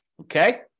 Okay